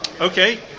Okay